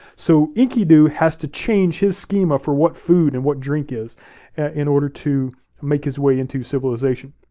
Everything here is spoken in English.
so enkidu has to change his schema for what food and what drink is in order to make his way into civilization.